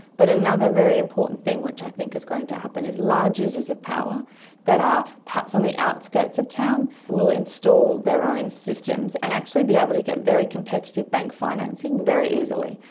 but another very important thing which i think is going to happen is large users of power that are perhaps on the outskirts of town will install their own systems and actually be able to get very competitive bank financing very easily.